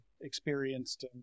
experienced